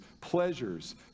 pleasures